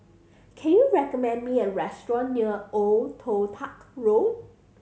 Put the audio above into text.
can you recommend me a restaurant near Old Toh Tuck Road